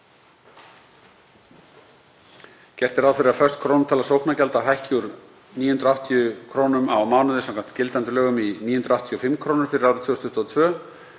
Gert er ráð fyrir að föst krónutala sóknargjalda hækki úr 980 kr. á mánuði samkvæmt gildandi lögum í 985 kr. fyrir árið 2022.